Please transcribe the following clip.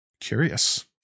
curious